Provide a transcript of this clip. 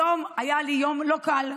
היום היה לי יום לא קל.